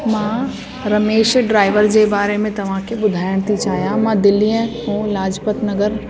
मां रमेश ड्राइवर जे बारे में तव्हांखे ॿुधाइण थी चाहियां मां दिल्लीअ खो लाजपत नगर